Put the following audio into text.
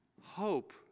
hope